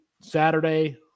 Saturday